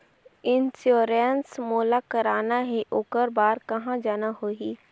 Insurance मोला कराना हे ओकर बार कहा जाना होही?